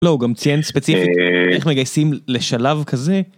לא גם ציין ספציפי, איך מגייסים לשלב כזה?